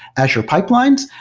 azure pipeline, so